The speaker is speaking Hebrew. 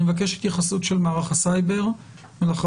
אני מבקש התייחסות של מערך הסייבר ואחריו